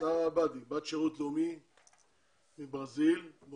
בת שירות לאומי בודדה.